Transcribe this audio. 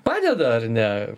padeda ar ne